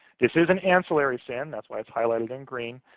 this is an ancillary sin, that's why it's highlighted in green.